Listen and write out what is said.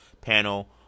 panel